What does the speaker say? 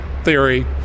theory